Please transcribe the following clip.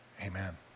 Amen